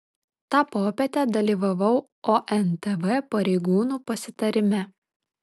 tą popietę dalyvavau ontv pareigūnų pasitarime